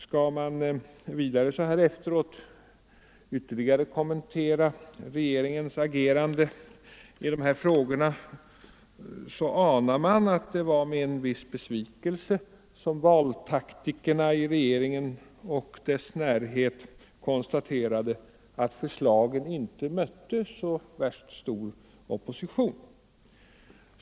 Skall man vidare så här efteråt ytterligare kommentera regeringens agerande i dessa frågor, anar man att det var med en viss besvikelse som valtaktikerna i regeringen och dess närhet konstaterade att förslagen inte mötte så värst stor opposition.